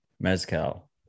Mezcal